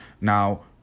Now